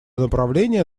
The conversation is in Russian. направление